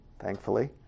thankfully